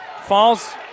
Falls